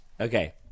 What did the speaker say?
Okay